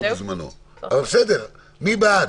מי בעד?